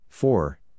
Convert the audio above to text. Four